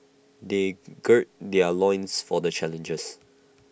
they gird their loins for the challenges